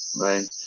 Right